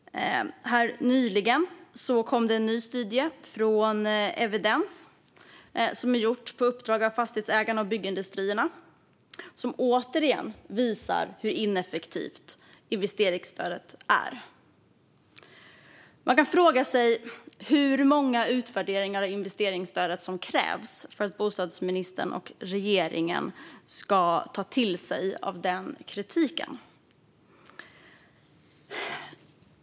Nyligen kom en ny studie från Evidens, gjord på uppdrag av Fastighetsägarna och Byggindustrierna. Den visar återigen hur ineffektivt investeringsstödet är. Man kan fråga sig hur många utvärderingar av investeringsstödet som krävs för att bostadsministern och regeringen ska ta till sig av kritiken.